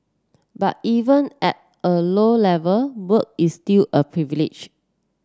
but even at a low level work is still a privilege